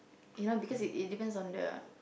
you know because it it depends on the